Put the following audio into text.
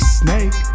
snake